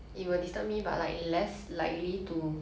like it will come at a much slower